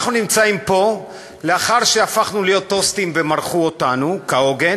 אנחנו נמצאים פה לאחר שהפכנו להיות טוסטים ומרחו אותנו כהוגן.